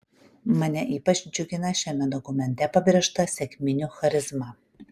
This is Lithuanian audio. mane ypač džiugina šiame dokumente pabrėžta sekminių charizma